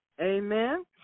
Amen